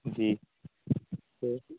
جی تو